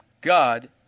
God